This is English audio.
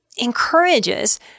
encourages